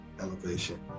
elevation